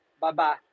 Bye-bye